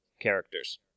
characters